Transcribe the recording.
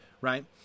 right